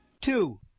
Two